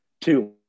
two